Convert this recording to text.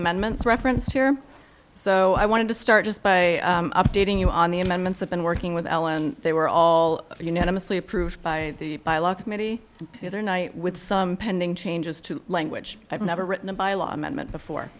amendments referenced here so i wanted to start just by updating you on the amendments i've been working with ellen they were all you know mostly approved by the by a lot of maybe the other night with some pending changes to language i've never written by law and meant before